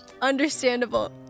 Understandable